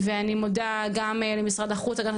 ואני מודה גם למשרד החוץ ולמשרד להגנת